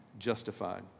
justified